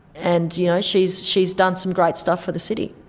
and you know she's she's done some great stuff for the city.